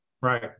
right